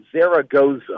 Zaragoza